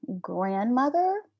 grandmother